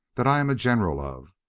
that i am general of,